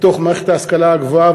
בתוך מערכת ההשכלה הגבוהה,